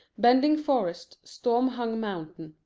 bending forest, storm-hung mountain.